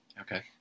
Okay